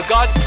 God